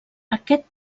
aquest